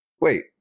wait